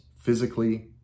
physically